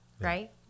right